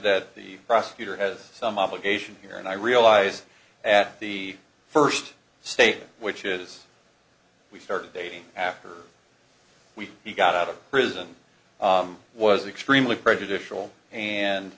that the prosecutor has some obligation here and i realize that the first statement which is we started dating after we got out of prison was extremely prejudicial and